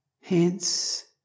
Hence